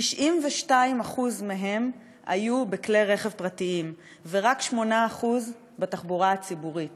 92% מהן היו בכלי רכב פרטיים ורק 8% בתחבורה הציבורית.